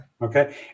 Okay